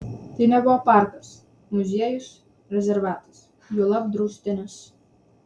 tai nebuvo parkas muziejus rezervatas juolab draustinis